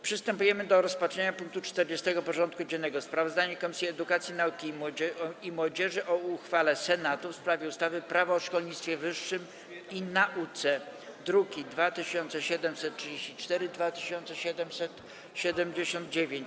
Przystępujemy do rozpatrzenia punktu 40. porządku dziennego: Sprawozdanie Komisji Edukacji, Nauki i Młodzieży o uchwale Senatu w sprawie ustawy Prawo o szkolnictwie wyższym i nauce (druki nr 2734 i 2779)